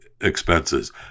expenses